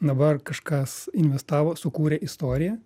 dabar kažkas investavo sukūrė istoriją